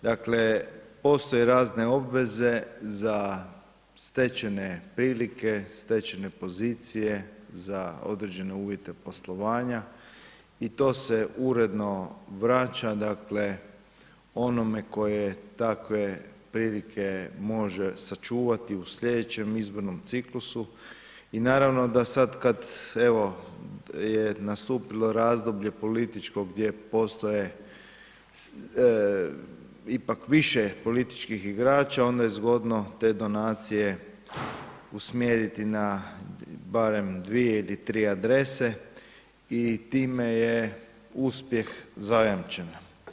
Dakle, postoje razne obveze za stečene prilike, stečene pozicije, za određene uvjete poslovanja i to se uredno vraća, dakle, onome tko je takve prilike može sačuvati u sljedećem izbornom ciklusu i naravno, da sad kad, evo je nastupilo razdoblje političkog gdje postoje ipak više političkih igrača, onda je zgodno te donacije usmjeriti na, barem dvije ili tri adrese i time je uspjeh zajamčen.